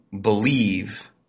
believe